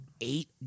eight